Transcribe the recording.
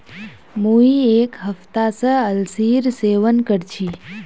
मुई एक हफ्ता स अलसीर सेवन कर छि